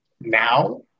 now